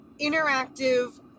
interactive